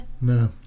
No